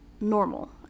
normal